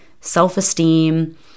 self-esteem